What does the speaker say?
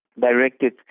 directed